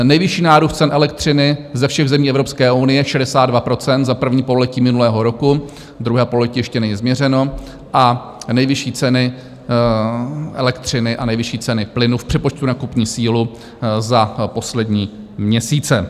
Nejvyšší nárůst cen elektřiny ze všech zemí Evropské unie, 62 % za první pololetí minulého roku, druhé pololetí ještě není změřeno, a nejvyšší ceny elektřiny a nejvyšší ceny plynu v přepočtu na kupní sílu za poslední měsíce.